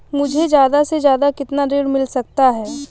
मुझे ज्यादा से ज्यादा कितना ऋण मिल सकता है?